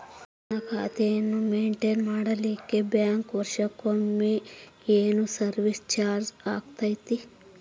ನನ್ನ ಖಾತೆಯನ್ನು ಮೆಂಟೇನ್ ಮಾಡಿಲಿಕ್ಕೆ ಬ್ಯಾಂಕ್ ವರ್ಷಕೊಮ್ಮೆ ಏನು ಸರ್ವೇಸ್ ಚಾರ್ಜು ಹಾಕತೈತಿ?